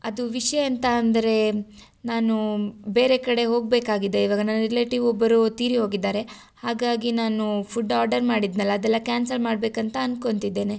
ಅದು ವಿಷಯ ಎಂಥ ಅಂದರೆ ನಾನು ಬೇರೆ ಕಡೆ ಹೋಗಬೇಕಾಗಿದೆ ಇವಾಗ ನನ್ನ ರಿಲೇಟಿವ್ ಒಬ್ಬರು ತೀರಿ ಹೋಗಿದ್ದಾರೆ ಹಾಗಾಗಿ ನಾನು ಫುಡ್ ಆರ್ಡರ್ ಮಾಡಿದ್ದೆನಲ್ಲಾ ಅದೆಲ್ಲ ಕ್ಯಾನ್ಸಲ್ ಮಾಡಬೇಕಂತ ಅಂದ್ಕೋತಿದ್ದೇನೆ